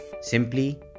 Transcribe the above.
simply